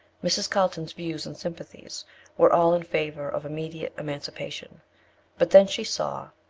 mrs. carlton's views and sympathies were all in favour of immediate emancipation but then she saw,